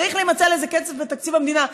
צריך להימצא לזה כסף בתקציב המדינה.